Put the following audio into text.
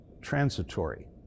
transitory